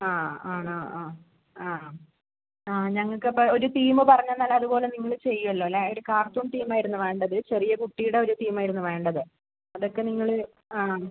ആ ആണോ ആ ആ ആ ഞങ്ങൾക്കപ്പോൾ ഒരു തീമ് പറഞ്ഞ് തന്നാൽ അതുപോലെ നിങ്ങൾ ചെയ്യുവല്ലോ അല്ലേ ഒരു കാർട്ടൂൺ തീമായിരുന്നു വേണ്ടത് ചെറിയ കുട്ടീടെ ഒരു തീമായിരുന്നു വേണ്ടത് അതൊക്കെ നിങ്ങൾ ആ